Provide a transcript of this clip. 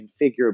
configurable